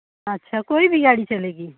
अच्छा कोई भी गाड़ी चलेगी